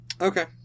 Okay